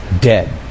Dead